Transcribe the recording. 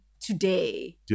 today